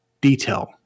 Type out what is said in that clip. detail